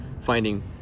finding